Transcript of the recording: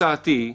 הצעתי היא,